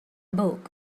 book